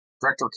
Director